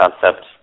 concept